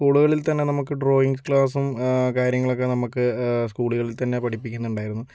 സ്കൂളുകളിൽ തന്നെ നമുക്ക് ഡ്രോയിങ് ക്ലാസ്സും കാര്യങ്ങളൊക്കെ നമുക്ക് സ്കൂളുകളിൽ തന്നെ പഠിപ്പിക്കുന്നുണ്ടായിരുന്നു